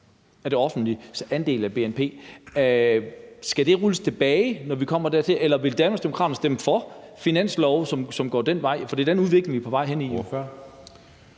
i det offentliges andel af bnp. Skal det rulles tilbage, når vi kommer dertil, eller vil Danmarksdemokraterne stemme for finanslove, som går den vej? For det er den udvikling, vi er på vej ud i.